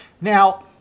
Now